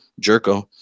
jerko